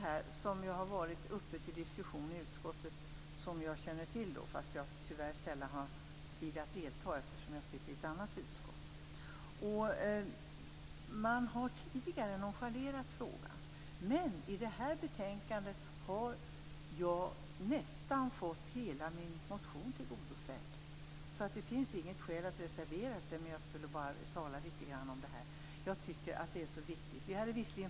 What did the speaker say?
Det är en fråga som har varit uppe till diskussion i utskottet, vilket jag känner till fast jag tyvärr sällan har tid att delta i arbetet, eftersom jag sitter i ett annat utskott. Man har tidigare nonchalerat frågan, men i det här betänkandet har jag nästan fått hela min motion tillgodosedd. Det finns därför inget skäl att reservera sig. Men jag vill ändå tala litet grand om detta, eftersom jag tycker att det är så viktigt.